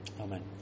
Amen